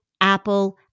Apple